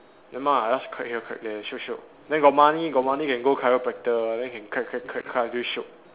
ya lah I just crack here crack there shiok shiok then got money got money can go chiropractor then can crack crack crack crack until shiok